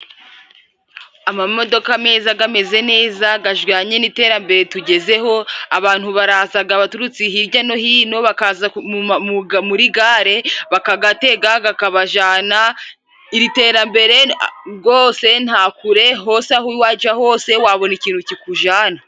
Amamodoka meza ameze neza, ajyanye n'iterambere tugezeho, abantu baraza baturutse hijya no hino, bakaza muri gare bakayatega akabajyana, iri terambere rwose nta kure, hose aho wajya hose wabona ikintu kikujyana.